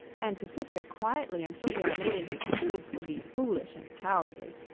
and to sit here quietly until we are made into soup would be foolish and cowardly.